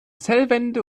zellwände